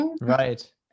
right